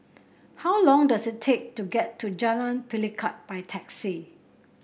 how long does it take to get to Jalan Pelikat by taxi